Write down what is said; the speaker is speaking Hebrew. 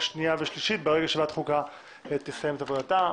שנייה ושלישית ברגע שוועדת החוקה תסיים את עבודתה.